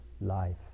life